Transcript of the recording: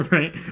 Right